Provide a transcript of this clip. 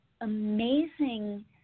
amazing